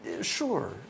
Sure